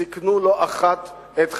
סיכנו לא אחת את חייהם.